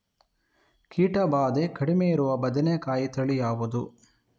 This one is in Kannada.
ಕೀಟ ಭಾದೆ ಕಡಿಮೆ ಇರುವ ಬದನೆಕಾಯಿ ತಳಿ ಯಾವುದು?